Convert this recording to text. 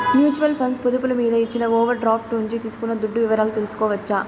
mutual funds పొదుపులు మీద ఇచ్చిన ఓవర్ డ్రాఫ్టు నుంచి తీసుకున్న దుడ్డు వివరాలు తెల్సుకోవచ్చు